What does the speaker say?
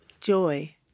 joy